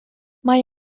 mae